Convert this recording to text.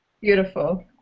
Beautiful